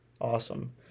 awesome